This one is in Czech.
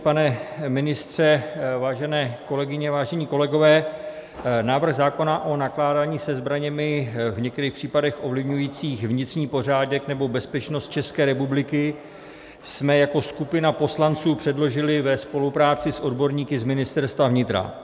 Pane ministře, vážené kolegyně, vážení kolegové, návrh zákona o nakládání se zbraněmi v některých případech ovlivňujících vnitřní pořádek nebo bezpečnost České republiky jsme jako skupina poslanců předložili ve spolupráci s odborníky z Ministerstva vnitra.